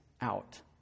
out